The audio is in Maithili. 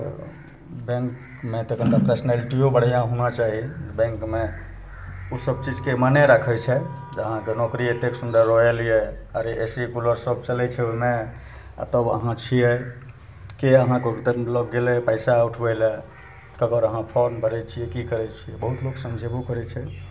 तऽ बैँकमे तखन तऽ पर्सनैलिटिओ बढ़िआँ होना चाही बैँकमे ओसब चीजके माने राखै छै अहाँके नोकरी एतेक सुन्दर रॉयल यऽ अरे ए सी कूलर सब चलै छै ओहिमे तब अहाँ छिए के अहाँके लग गेलै पइसा उठबै ले ककर अहाँ फार्म भरै छिए कि करै छिए बहुत लोक समझेबो करै छै